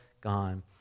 gone